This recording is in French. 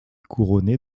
couronnée